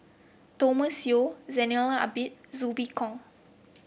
Thomas Yeo Zainal Abidin Zhu Hong